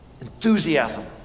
enthusiasm